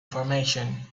formation